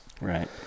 Right